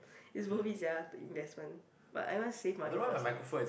is worth it sia the investment but I want save money first lah